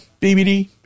BBD